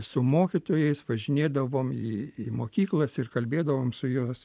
su mokytojais važinėdavom į į mokyklas ir kalbėdavom su jos